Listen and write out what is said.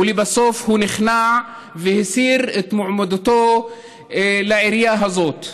ולבסוף הוא נכנע והסיר את מועמדותו לעירייה הזאת.